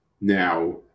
Now